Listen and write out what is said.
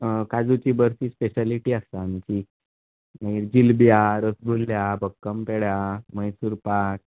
काजूची बर्फी स्पेशलिटी आसा आमची मागीर जिलबी आसा रसगुल्ले आसा भक्कम पेडे आसा मैसुरपाक